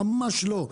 ממש לא.